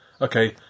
okay